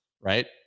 right